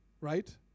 right